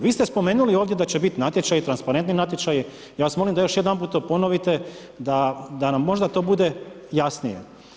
Vi ste spomenuli ovdje da će biti natječaji, transparentni natječaji, ja vas molim da još jedanput to ponovite, da nam možda to bude jasnije.